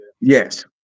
yes